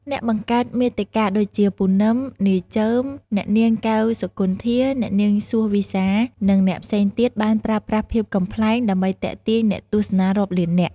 អ្នកបង្កើតមាតិកាដូចជា ពូណឹម, នាយចឺម, អ្នកនាង កែវ សុគន្ធា, អ្នកនាង សួស វីហ្សា, និងអ្នកផ្សេងទៀតបានប្រើប្រាស់ភាពកំប្លែង ដើម្បីទាក់ទាញអ្នកទស្សនារាប់លាននាក់។